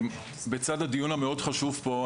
בצד הדיון המאוד חשוב פה,